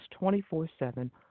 24-7